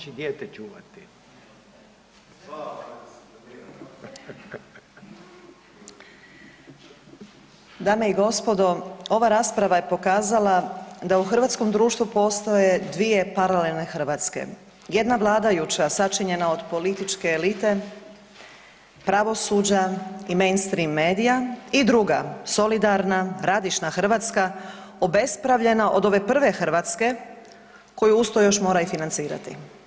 Dame i gospodo, ova rasprava je pokazala da u hrvatskom društvu postoje dvije paralelne Hrvatske, jedna vladajuća sačinjena od političke elite, pravosuđa i mainstream medija i druga solidarna, radišna Hrvatska obespravljena od ove prve Hrvatske koju uz to još mora i financirati.